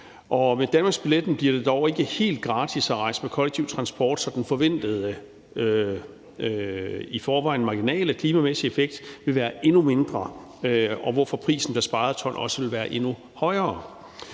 Med danmarksbilletten bliver det dog ikke helt gratis at rejse med kollektiv transport, så den forventede, i forvejen marginale klimamæssige effekt vil være endnu mindre, hvorfor prisen pr. sparet ton også vil være endnu højere.